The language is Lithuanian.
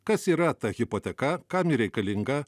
kas yra ta hipoteka kam ji reikalinga